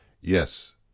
yes